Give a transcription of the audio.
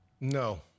No